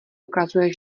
ukazuje